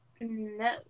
No